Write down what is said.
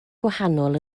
gwahanol